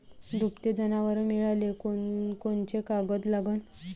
दुभते जनावरं मिळाले कोनकोनचे कागद लागन?